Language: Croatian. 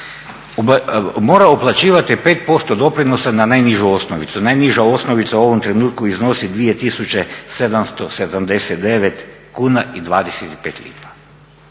mora uplaćivati 5% doprinosa na najnižu osnovicu. Najniža osnovica u ovom trenutku iznosi 2779,25 kuna.